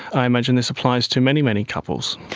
i imagine this applies to many, many couples.